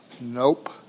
nope